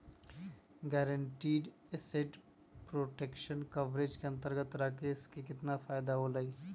Guaranteed asset protection coverage के अंतर्गत राकेश के कितना फायदा होलय?